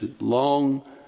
Long